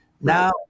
now